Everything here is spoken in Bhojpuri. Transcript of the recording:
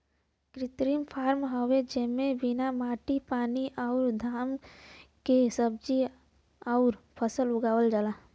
कृत्रिम फॉर्म हवे जेमे बिना माटी पानी अउरी घाम के सब्जी अउर फल उगावल जाला